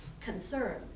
concern